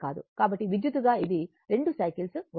కాబట్టి విద్యుత్తుగా ఇది 2 సైకిల్స్ అవుతుంది